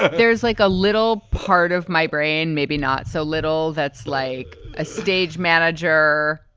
there's like a little part of my brain, maybe not so little. that's like a stage manager,